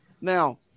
Now